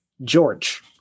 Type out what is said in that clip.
George